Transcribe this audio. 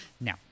Now